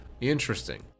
Interesting